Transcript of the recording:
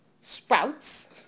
sprouts